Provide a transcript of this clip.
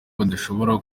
badashobora